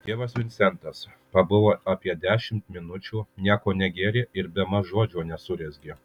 tėvas vincentas pabuvo apie dešimt minučių nieko negėrė ir bemaž žodžio nesurezgė